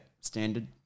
Standard